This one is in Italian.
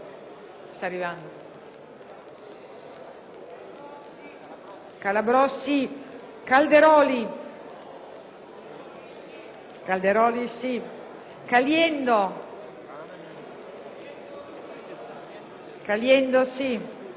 Calabrò, Calderoli, Caliendo, Caligiuri,